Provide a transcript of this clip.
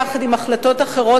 יחד עם החלטות אחרות,